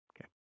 Okay